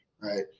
right